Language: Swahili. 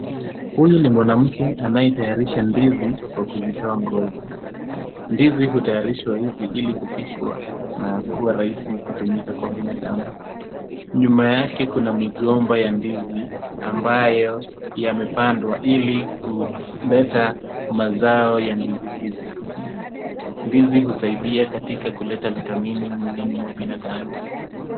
Huyu ni mwanamke anaye tayarisha ndizi kwa kuzitoa ngozi. Ndizi hutayarishwa hivi ili kupikwa na kuwa rahisi kutumika kwa binadamu. Nyuma yake kuna migomba ya ndizi, ambayo yamepandwa ili kuleta mazao ya ndizi hizi. Ndizi husaidia katika kuleta vitamini mwilini mwa binadamu.